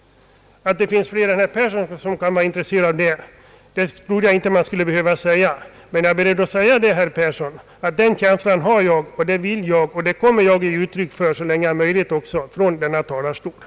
Att det finns fler än herr Yngve Persson som kan vara intresserade av den saken trodde jag inte att man skulle behöva påpeka. Jag har emellertid den känslan, herr Yngve Persson, och det vill jag ge uttryck för från denna talarstol, och det kommer jag att göra så länge jag har några möjligheter därtill.